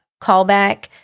callback